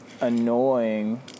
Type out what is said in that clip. annoying